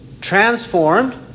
transformed